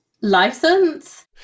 license